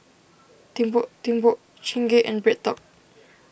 Timbuk Timbuk Chingay and BreadTalk